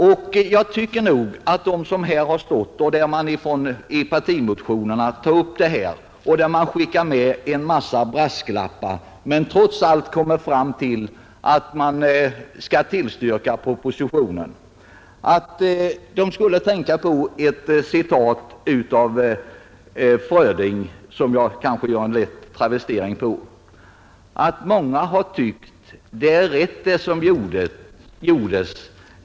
De som i sina anföranden kritiserar förfarandet och de som i partimotioner tar upp frågan och samtidigt skickar med en mängd brasklappar men trots allt kommer fram till att propositionen skall tillstyrkas borde tänka på ett citat av Fröding, som med en lätt travestering lyder: Många har tyckt det är rätt det som gjordes.